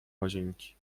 łazienki